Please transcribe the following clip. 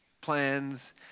Plans